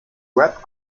web